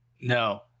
No